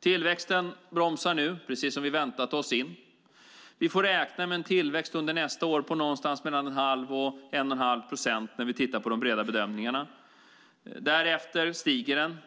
Tillväxten bromsar nu in, precis som vi väntat oss. Vi får räkna med en tillväxt under nästa år på någonstans mellan 1⁄2 och 1 1⁄2 procent när vi tittar på de breda bedömningarna. Därefter stiger den.